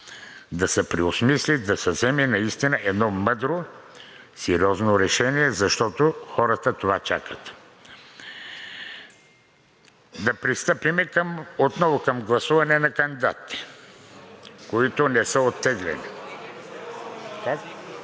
да се преосмисли, да се вземе наистина едно мъдро, сериозно решение, защото хората това чакат. Да пристъпим отново към гласуване на кандидатите, които не са оттеглени.